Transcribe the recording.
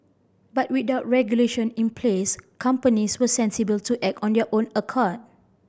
but without regulation in place companies were sensible to act on their own accord